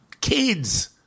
Kids